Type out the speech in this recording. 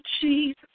Jesus